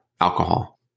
alcohol